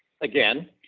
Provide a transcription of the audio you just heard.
again